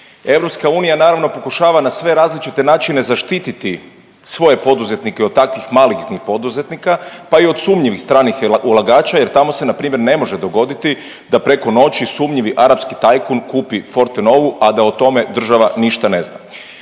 ništa. EU, naravno pokušava na sve različite načine zaštititi svoje poduzetnike od takvih malignih poduzetnika, pa i od sumnjivih stranih ulagača jer tamo se npr. ne može dogoditi da preko noći sumnjivi arapski tajkun kupi Fortenovu, a da o tome država ništa ne zna.